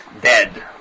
dead